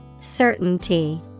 Certainty